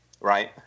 right